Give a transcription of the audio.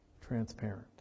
transparent